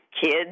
kids